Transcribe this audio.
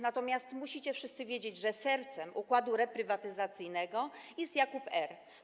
Natomiast musicie wszyscy wiedzieć, że sercem układu reprywatyzacyjnego jest Jakub R.